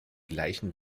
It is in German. gleichen